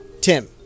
Tim